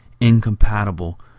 incompatible